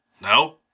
No